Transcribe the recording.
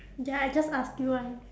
ya I just asked you one